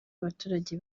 abaturage